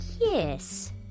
Yes